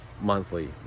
monthly